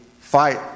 fight